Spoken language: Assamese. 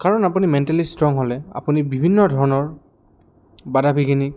কাৰণ আপুনি মেণ্টেলি ষ্ট্ৰং হ'লে আপুনি বিভিন্ন ধৰণৰ বাধা বিঘিনী